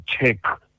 check